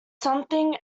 something